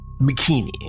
bikini